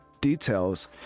details